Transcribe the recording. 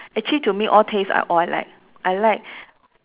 actually to me all taste uh all I like I like